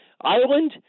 Ireland